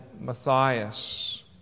Matthias